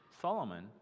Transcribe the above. Solomon